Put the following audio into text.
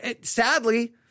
sadly